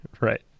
right